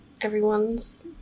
everyone's